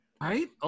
Right